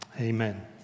Amen